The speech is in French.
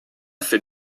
fait